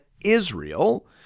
Israel